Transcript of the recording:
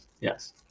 Yes